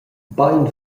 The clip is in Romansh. bein